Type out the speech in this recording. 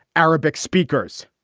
arabic speakers.